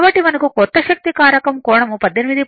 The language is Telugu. కాబట్టి మనకు కొత్త శక్తి కారకం కోణం 18